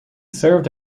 served